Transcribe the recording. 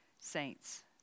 saints